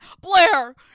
Blair